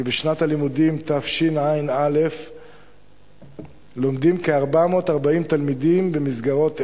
שבשנת הלימודים תשע"א לומדים כ-440 תלמידים במסגרות אלה,